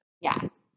Yes